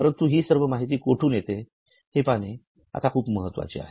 परंतु हि सर्व माहिती कुठून येते हे पाहणे आत्ता खूप महत्वाचे आहे